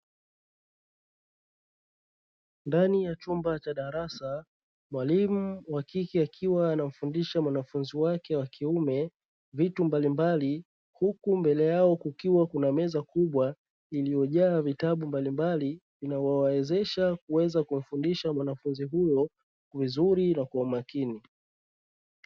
Ndani ya chumba cha darasa mwalimu wa kike akiwa anamfundisha mwanafunzi wake wa kiume vitu mbalimbali, huku mbele yao kukiwa kuna meza kubwa iliyojaa vitabu mbalimbali vinavyomwezesha kuweza kumfundisha mwanafunzi huyo vizuri na kwa umakini.